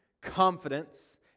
confidence